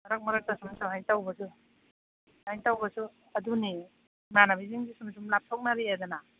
ꯃꯔꯛ ꯃꯔꯛꯇ ꯁꯨꯝ ꯁꯨꯃꯥꯏ ꯇꯧꯕꯁꯨ ꯁꯨꯃꯥꯏ ꯇꯧꯕꯁꯨ ꯑꯗꯨꯅꯤ ꯏꯃꯥꯟꯅꯕꯤꯁꯤꯡꯁꯨ ꯁꯨꯝ ꯁꯨꯝ ꯂꯥꯞꯊꯣꯛꯅꯔꯦꯗꯅ